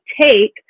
take